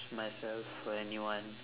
myself for anyone